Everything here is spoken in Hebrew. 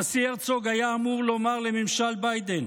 הנשיא הרצוג היה אמור לומר לממשל ביידן